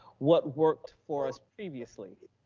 what worked for us previously,